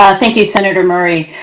thank you, senator murray.